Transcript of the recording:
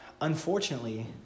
unfortunately